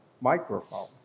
microphone